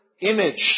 image